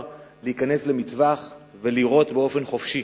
להיכנס למטווח ולהתאמן באופן חופשי.